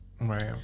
Right